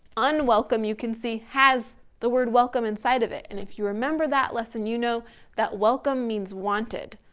unwelcome, you can see has the word welcome inside of it. and if you remember that lesson you know that welcome means wanted.